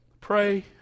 Pray